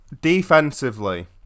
defensively